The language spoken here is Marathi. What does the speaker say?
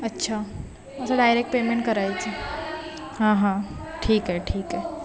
अच्छा असं डायरेक्ट पेमेंट करायचं हां हां ठीक आहे ठीक आहे